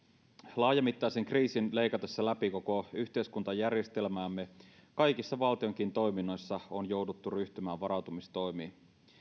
laajamittaisen kriisin leikatessa läpi koko yhteiskuntajärjestelmäämme on kaikissa valtionkin toiminnoissa jouduttu ryhtymään varautumistoimiin